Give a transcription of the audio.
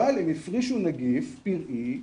אבל הם הפרישו נגיף פראי,